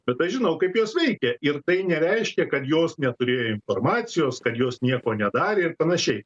bet aš žinau kaip jos veikė ir tai nereiškia kad jos neturėjo informacijos kad jos nieko nedarė ir panašiai